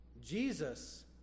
Jesus